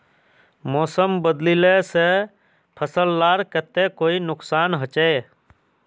मौसम बदलिले से फसल लार केते कोई नुकसान होचए?